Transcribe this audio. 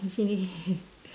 actually